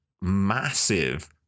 massive